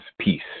peace